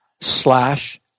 slash